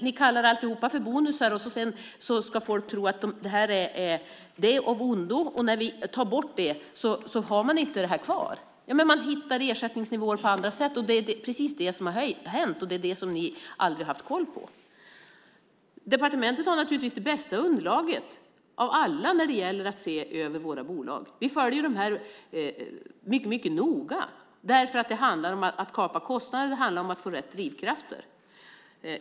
Ni kallar allting för bonusar, och sedan ska folk tro att det här är av ondo, och när det tas bort så finns det inte kvar. Men man hittar ersättningsnivåer på andra sätt. Det är precis det som har hänt, och det är det som ni aldrig har haft koll på. Departementet har naturligtvis det bästa underlaget av alla när det gäller att se över våra bolag. Vi följer dem mycket noga, därför att det handlar om att kapa kostnader, och det handlar om att få rätt drivkrafter.